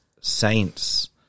Saints